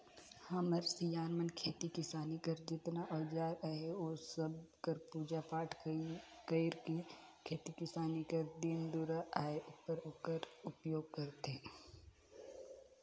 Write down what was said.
हमर सियान मन खेती किसानी कर जेतना अउजार अहे ओ सब कर पूजा पाठ कइर के खेती किसानी कर दिन दुरा आए उपर ओकर उपियोग करथे